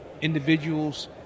individuals